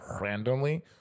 randomly